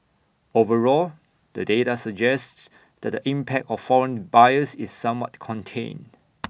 overall the data suggests that the impact of foreign buyers is somewhat contained